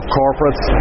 corporates